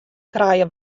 krije